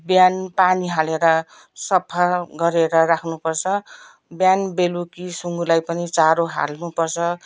बिहान पानी हालेर सफा गरेर राख्नु पर्छ बिहान बेलुका सुँगुरलाई पनि चारो हाल्नु पर्छ